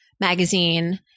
Magazine